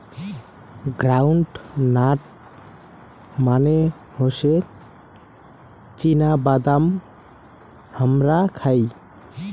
ground nut মানে হসে চীনা বাদাম হামরা খাই